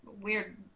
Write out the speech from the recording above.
weird